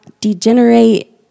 degenerate